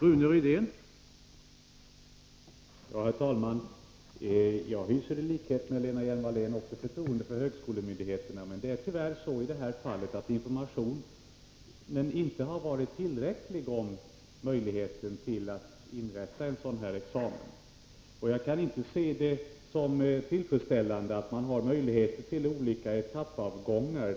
Herr talman! Jag hyser i likhet med Lena Hjelm-Wallén också förtroende för högskolemyndigheterna. Men i detta fall har informationen tyvärr inte varit tillräcklig om möjligheten att inrätta en sådan här examen, och jag kan inte se det som tillfredsställande att man har möjligheter till olika etappavgångar.